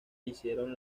hicieron